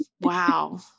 Wow